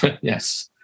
yes